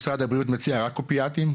משרד הבריאות מציע רק אופיאטים,